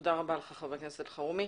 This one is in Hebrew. תודה רבה לך, חבר הכנסת אלחרומי.